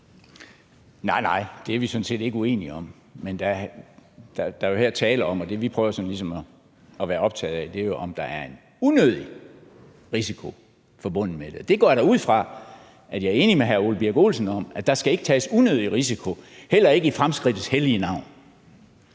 er vi sådan set ikke uenige om. Men der er jo her tale om, at det, vi sådan ligesom prøver at være optaget af, er, om der er en unødig risiko forbundet med det. Og det går jeg da ud fra at der er enighed med hr. Birk Olesen om, altså at der ikke skal tages unødig risiko, heller ikke i fremskridtets hellige navn.